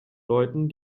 leuten